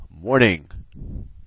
morning